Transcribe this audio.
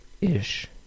Ish